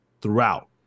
throughout